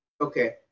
Okay